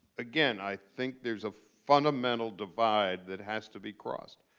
again, i think there's a fundamental divide that has to be crossed.